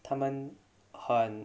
他们很